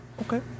Okay